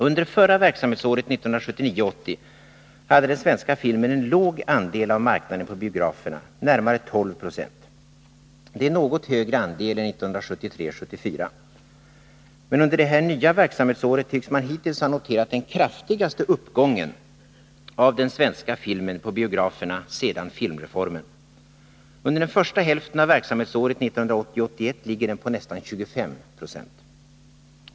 Under förra verksamhetsåret, 1979 74. Men under det nuvarande verksamhetsåret tycks man hittills ha noterat den kraftigaste uppgången för den svenska filmen på biograferna sedan filmreformen. Under den första hälften av verksamhetsåret 1980/81 ligger den på nästan 25 26.